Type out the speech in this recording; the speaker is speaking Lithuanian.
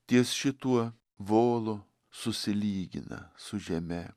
ties šituo volu susilygina su žeme